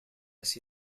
ist